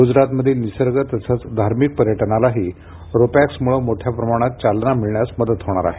गुजरातमधील निसर्ग तसंच धार्मिक पर्यटनालाही रोपॅक्समुळे मोठ्या प्रमाणात चालना मिळण्यास मदत होणार आहे